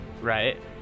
right